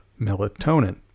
melatonin